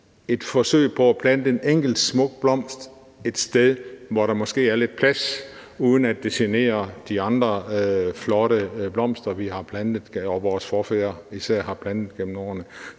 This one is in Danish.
et forsøg på at plante en enkelt smuk blomst et sted, hvor der måske er lidt plads, uden at det generer de andre flotte blomster, vi har plantet, og som især vores forfædre har plantet, gennem årene.